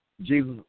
Jesus